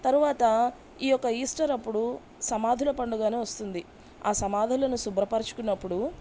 తరువాత ఈయొక్క ఈస్టర్ అప్పుడు సమాధుల పండుగని వస్తుంది ఆ సమాధులను శుభ్రపరచుకున్నప్పుడు